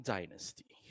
Dynasty